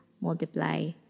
multiply